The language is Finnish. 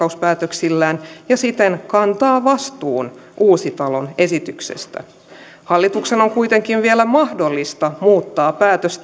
leikkauspäätöksillään ja siten kantaa vastuun uusitalon esityksestä hallituksen on kuitenkin vielä mahdollista muuttaa päätöstään